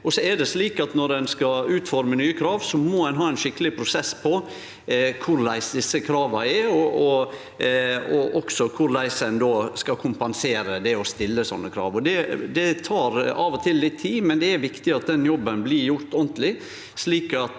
ein skal utforme nye krav, må ein ha ein skikkeleg prosess på korleis desse krava er, og også korleis ein skal kompensere det å stille slike krav. Det tek av og til litt tid, men det er viktig at den jobben blir gjort ordentleg,